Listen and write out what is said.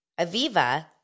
Aviva